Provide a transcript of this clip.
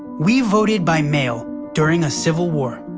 we voted by mail during a civil war,